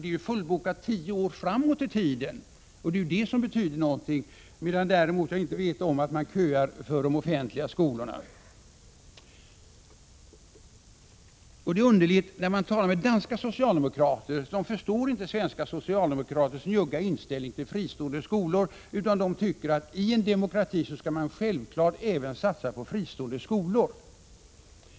Det är fullbokat tio år framåt i tiden, och det är ju detta som betyder någonting. Däremot känner jag inte till att man köar för att komma in på de offentliga skolorna. Det underliga är att när man talar med danska socialdemokrater kan man konstatera att de inte förstår svenska socialdemokraters njugga inställning till fristående skolor, utan de tycker att man i en demokrati självfallet skall satsa även på fristående skolor.